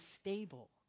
stable